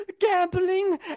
gambling